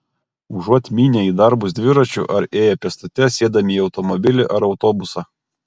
užuot mynę į darbus dviračiu ar ėję pėstute sėdame į automobilį ar autobusą